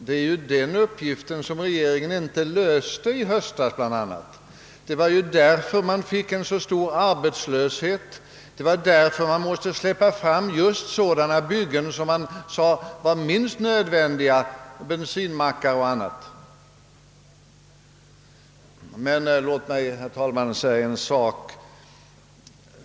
Det är ju bl.a. den uppgiften som regeringen inte löste i höstas, och det var därför man fick en så stor arbetslöshet, vilket i sin tur medförde att man måste släppa fram just sådana byggen som man betecknade som minst nödvändiga — bensinmackar och liknande. Jag begärde emellertid ordet för att säga en annan sak.